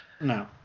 No